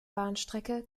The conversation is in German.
bahnstrecke